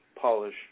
polish